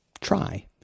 try